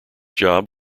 job